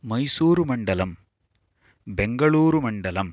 मैसूरुमण्डलम् बेङ्गळूरुमण्डलम्